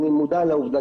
אני מודע לעובדה,